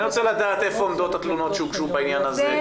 אני רוצה לדעת היכן עומדות התלונות שהוגשו בעניין הזה.